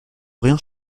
rien